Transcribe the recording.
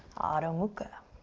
adho mukha.